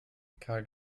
kahl